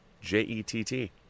J-E-T-T